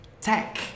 tech